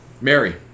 Mary